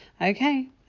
Okay